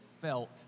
felt